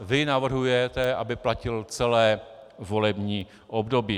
Vy navrhujete, aby to platilo celé volební období.